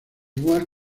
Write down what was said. igual